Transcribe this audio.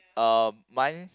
uh mine